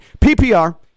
PPR